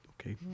okay